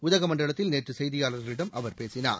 உதகமண்டலத்தில் நேற்று செய்தியாளர்களிடம் அவர் பேசினார்